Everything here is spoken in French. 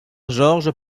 georges